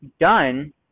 done